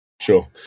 Sure